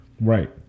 Right